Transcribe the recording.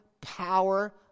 power